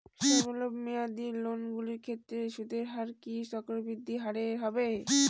স্বল্প মেয়াদী লোনগুলির ক্ষেত্রে সুদের হার কি চক্রবৃদ্ধি হারে হবে?